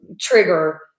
trigger